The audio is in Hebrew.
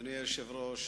אדוני היושב-ראש,